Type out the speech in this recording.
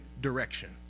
direction